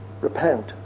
Repent